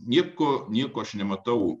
nieko nieko aš nematau